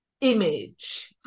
image